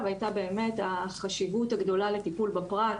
בעיר לוד היתה באמת החשיבות הגדולה לטיפול בפרט,